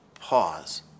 pause